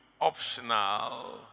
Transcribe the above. optional